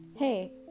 Hey